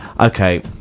Okay